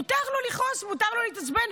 מותר לו לכעוס, מותר לו להתעצבן.